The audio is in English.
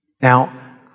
Now